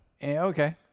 Okay